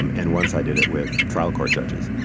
um and once i did it with trial court judges.